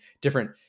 different